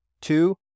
Two